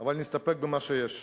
אבל נסתפק במה שיש.